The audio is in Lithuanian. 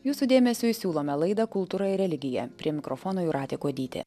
jūsų dėmesiui siūlome laidą kultūra ir religija prie mikrofono jūratė kuodytė